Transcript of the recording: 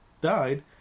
died